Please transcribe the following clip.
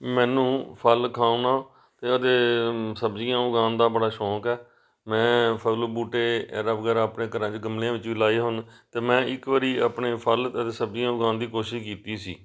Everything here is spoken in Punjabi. ਮੈਨੂੰ ਫਲ ਖਾਣਾ ਅਤੇ ਇਹਦੇ ਸਬਜ਼ੀਆਂ ਉਗਾਉਣ ਦਾ ਬੜਾ ਸ਼ੌਂਕ ਹੈ ਮੈਂ ਫੁੱਲ ਬੂਟੇ ਐਰਾ ਵਗੈਰਾ ਆਪਣੇ ਘਰਾਂ ਦੇ ਗਮਲਿਆਂ ਵਿਚ ਵੀ ਲਗਾਏ ਹਨ ਅਤੇ ਮੈਂ ਇੱਕ ਵਾਰੀ ਆਪਣੇ ਫਲ ਅਤੇ ਸਬਜ਼ੀਆਂ ਉਗਾਉਣ ਦੀ ਕੋਸ਼ਿਸ਼ ਕੀਤੀ ਸੀ